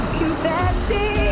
confessing